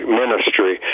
ministry